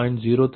142 ஆகும்